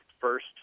first